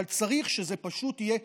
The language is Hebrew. אבל צריך שזה פשוט יהיה,